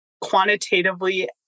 quantitatively